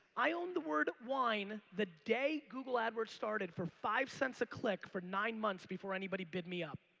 i owned the word wine the day google adwords started for five cents a click for nine months before anybody bid me up.